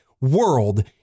world